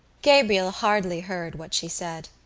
gabriel hardly heard what she said.